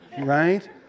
Right